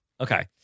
Okay